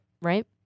right